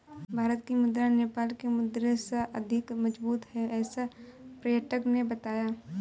भारत की मुद्रा नेपाल के मुद्रा से अधिक मजबूत है ऐसा पर्यटक ने बताया